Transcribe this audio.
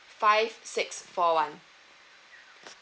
five six four one